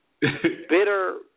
bitter